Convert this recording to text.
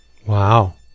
Wow